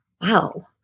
Wow